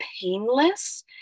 painless